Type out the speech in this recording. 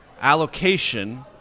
allocation